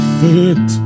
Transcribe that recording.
fit